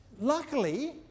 luckily